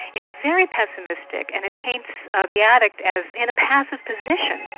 it's very pessimistic and it paints the addict as in a passive position.